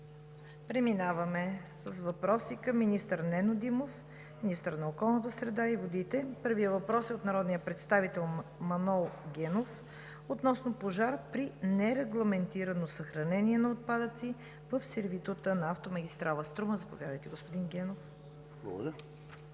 Преминаваме с въпроси към министър Нено Димов – министър на околната среда и водите. Първият въпрос е от народния представител Манол Генов относно пожар при нерегламентирано съхранение на отпадъци в сервитута на автомагистрала Струма. Заповядайте, господин Генов. МАНОЛ